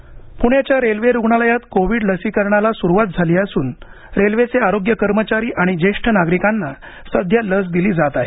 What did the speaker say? Covid लसीकरण पुण्याच्या railway रुग्णालयात कोविड लसीकरणाला सुरुवात झाली असून रेल्वेचे आरोग्य कर्मचारी आणि ज्येष्ठ नागरिकांना सध्या लस दिली जात आहे